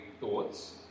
thoughts